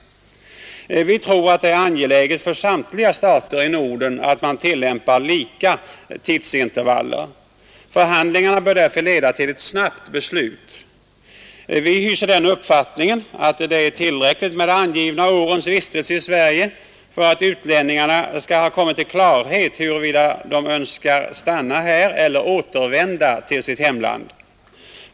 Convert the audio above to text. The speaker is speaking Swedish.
Vi tror det är angeläget för samtliga stater i Norden att man tillämpar lika tidsintervaller. Förhandlingarna bör därför leda till ett snabbt beslut. Vi hyser den uppfattningen att det är tillräckligt med de angivna årens vistelse i Sverige för att utlänningarna skall ha kommit till klarhet om huruvida de önskar stanna här eller återvända till sitt hemland.